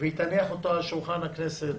והיא תניח אותו על שולחן הכנסת,